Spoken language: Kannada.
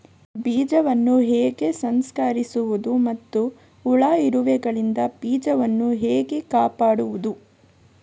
ಬೀಜವನ್ನು ಹೇಗೆ ಸಂಸ್ಕರಿಸುವುದು ಮತ್ತು ಹುಳ, ಇರುವೆಗಳಿಂದ ಬೀಜವನ್ನು ಹೇಗೆ ಕಾಪಾಡುವುದು?